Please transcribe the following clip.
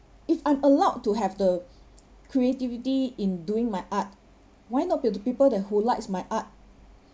if I'm allowed to have the creativity in doing my art why not by the people that who likes my art